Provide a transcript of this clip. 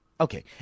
Okay